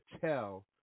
tell